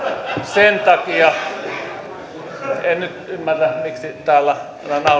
sen takia en nyt ymmärrä miksi täällä